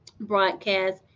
broadcast